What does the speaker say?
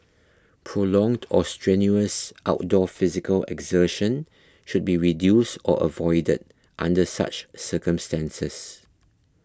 prolonged or strenuous outdoor physical exertion should be reduced or avoided under such circumstances